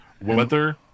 Weather